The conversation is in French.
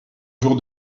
jour